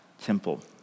temple